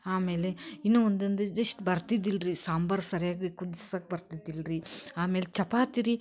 ಆಮೇಲೆ ಇನ್ನೂ ಒಂದೊಂದು ಇದಿಷ್ಟು ಬರ್ತಿದ್ದಿಲ್ಲ ರೀ ಸಾಂಬಾರು ಸರಿಯಾಗಿ ಕುದ್ಸಕ್ಕೆ ಬರ್ತಿದ್ದಿಲ್ಲ ರೀ ಆಮೇಲೆ ಚಪಾತಿ ರೀ